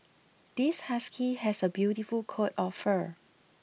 this husky has a beautiful coat of fur